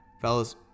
Fellas